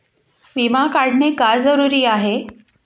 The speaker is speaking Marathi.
विमा काढणे का जरुरी आहे?